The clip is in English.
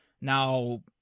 now –